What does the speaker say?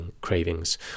cravings